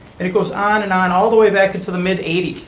and it goes on and on all the way back into the mid